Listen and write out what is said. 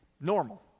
normal